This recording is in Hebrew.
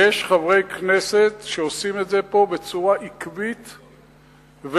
יש חברי כנסת שעושים את זה פה בצורה עקבית ובוטה.